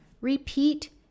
repeat